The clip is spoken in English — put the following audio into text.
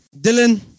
Dylan